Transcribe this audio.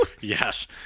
yes